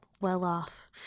well-off